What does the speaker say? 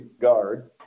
guard